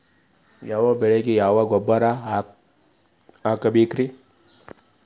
ಯಾವ ಬೆಳಿಗೆ ಯಾವ ಗೊಬ್ಬರ ಹಾಕ್ಬೇಕ್?